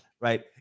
Right